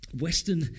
Western